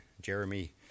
Jeremy